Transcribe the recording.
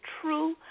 true